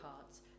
cards